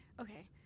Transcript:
okay